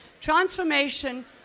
transformation